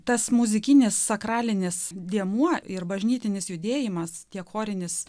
tas muzikinis sakralinis dėmuo ir bažnytinis judėjimas tiek chorinis